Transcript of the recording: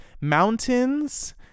mountains